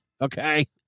Okay